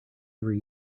every